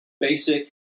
basic